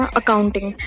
accounting